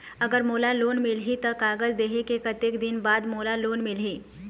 अगर मोला लोन मिलही त कागज देहे के कतेक दिन बाद मोला लोन मिलही?